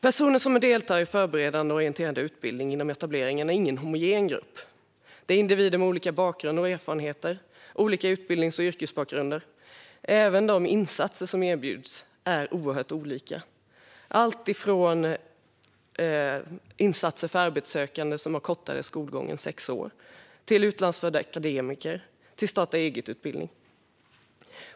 Personer som deltar i Förberedande och orienterande utbildning inom etableringen är ingen homogen grupp. Det är individer med olika bakgrund och erfarenheter och olika utbildnings och yrkesbakgrund. Även de insatser som erbjuds är oerhört olika och handlar om allt från insatser för arbetssökande som har kortare skolgång än sex år till utlandsfödda akademiker och till starta-eget-utbildning.